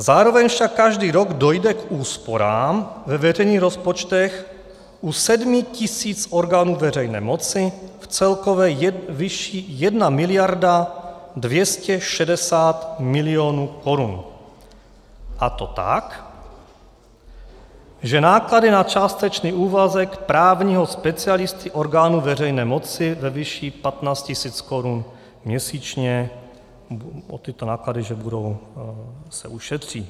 Zároveň však každý rok dojde k úsporám ve veřejných rozpočtech u sedmi tisíc orgánů veřejné moci v celkové výši 1 260 milionů korun, a to tak, že náklady na částečný úvazek právního specialisty orgánu veřejné moci ve výši 15 tisíc korun měsíčně, tyto náklady se ušetří.